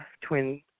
twin